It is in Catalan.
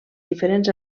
diferents